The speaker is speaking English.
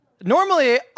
Normally